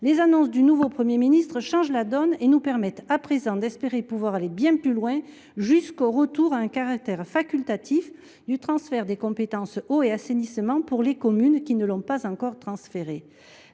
Les annonces du nouveau Premier ministre changent la donne et nous permettent à présent d’espérer aller bien plus loin, jusqu’au retour à un caractère facultatif du transfert des compétences « eau » et « assainissement » pour les communes qui ne l’ont pas encore opéré.